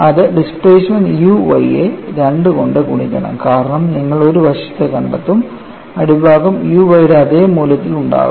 അത് displacement u y യെ 2 കൊണ്ട് ഗുണിക്കണം കാരണം നിങ്ങൾ ഒരു വശത്ത് കണ്ടെത്തും അടിഭാഗം u y യുടെ അതേ മൂല്യത്തിൽ ഉണ്ടാകും